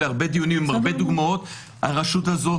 להרבה דיונים עם הרבה דוגמאות הרשות הזאת,